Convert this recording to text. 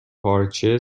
پارچه